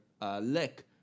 lick